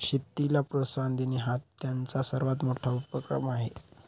शेतीला प्रोत्साहन देणे हा त्यांचा सर्वात मोठा उपक्रम आहे